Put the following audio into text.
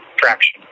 traction